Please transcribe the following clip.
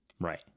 Right